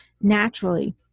naturally